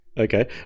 Okay